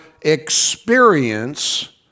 experience